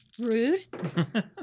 Rude